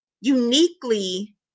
uniquely